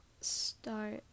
start